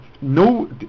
no